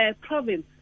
province